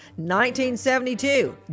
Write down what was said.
1972